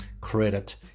credit